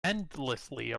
endlessly